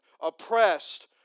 oppressed